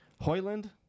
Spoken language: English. Hoyland